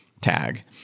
tag